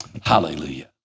Hallelujah